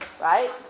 right